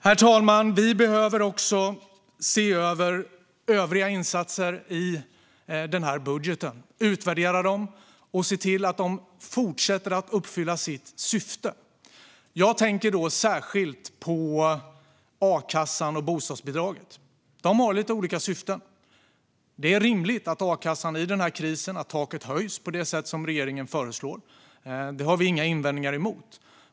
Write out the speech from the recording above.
Herr talman! Vi behöver också se över övriga insatser i den här budgeten, utvärdera dem och se till att de fortsätter att uppfylla sitt syfte. Jag tänker särskilt på a-kassan och bostadsbidraget. De har lite olika syften. Det är rimligt att taket i a-kassan höjs i den här krisen på det sätt som regeringen föreslår. Det har vi inga invändningar mot.